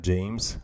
James